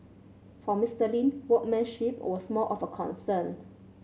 for Mister Lin workmanship was more of a concern